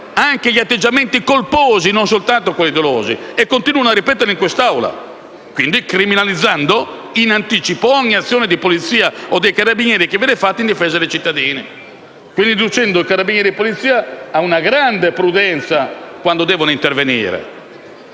anche gli atteggiamenti colposi, e non soltanto quelli dolosi. E continuano a ripeterlo in quest'Assemblea, criminalizzando in anticipo ogni azione di polizia o dei carabinieri condotta in difesa dei cittadini. Ciò induce carabinieri e poliziotti ad adottare grande prudenza quando devono intervenire.